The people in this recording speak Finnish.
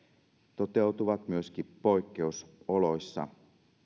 toteutuvat myöskin poikkeusoloissa